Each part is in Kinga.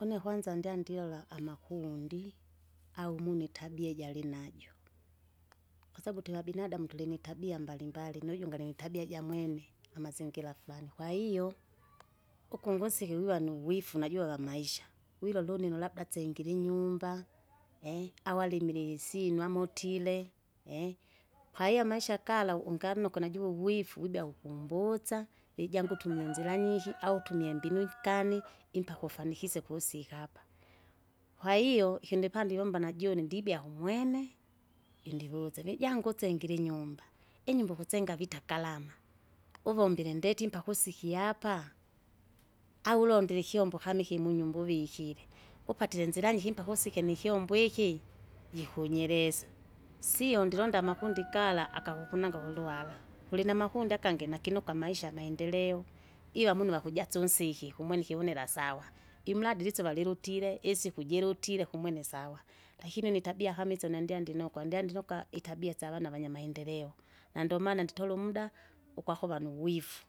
une kwanza ndya ndilola, amakundi, au munu itabia iji alinajo, kwasabu twevabinadamu tulinitabia mbalimbali nujungi alinitabia jamwene, amazingira flani kwahiyo ukungusiki wiwa nuwifuna juwa wamaisha, wilola ununo labda singiri inyumba eehe! au alimili isyinu anumotie, eehe! kwahiyo amaisha gala unganokwa najuve ifu wibea kukumbutsa ijangu tunyanzira nyiki au tumia imbinu ifkani impaka ufanikise kusika apa. Kwahiyo ikindi pandiwumba najune ndibea kumwene, indivuse vijangu usengire inyumba, inyumba ukutsenga vita garama, uvombile ndeti mpaka usikie apa, au ulondile ikyombo kaniki munyumba uvike, upatire nzira nyiki mpaka usike nikyombo iki, jikunyirisa, sio ndilonda amakundi gala akakukunanga kuluwala, kulinamakundi agangi nainokwa amaisha amaendeleo, ila munu vakujasa unsiki kumwene ikiunila sawa, imradi lisuva lilutire, isiku jirutire kumwene sawa, lakini nitabia kama isyo nandyandinukwa ndyandinukwa itabia syavana vanyamaendeleo, nandomana nditole umda ukwakuva nuvifu,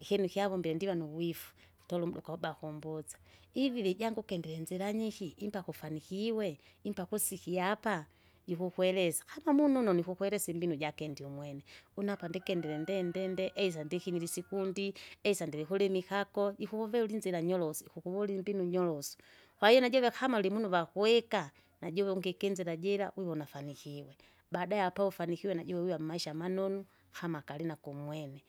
ikyinu kyavombie ndiva nuwifu kutola umda kwauba kumbotsa ijangu ukendele nzira nyiki impaka ufanikiwe? impaka usikie apa? jikukwelesa. Kama mununo nikukweresa imbinu iji akindie umwene, une apa ndekendire nde- nde- nde eidha ndimikile isikundi eidha ndilikulimikako ikuvuviri ulinzira nyorosi ikuwula imbinu nyoroso, Kwahiyo najuve kama alimunu vakuika najuve ungikinzira jira wiwona afanikiwe, baada yapo ufanikiwe nujuwe wiwa mmaisha manonu, kama kalinako umwene.